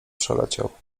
przeleciał